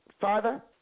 Father